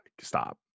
stop